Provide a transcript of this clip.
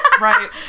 Right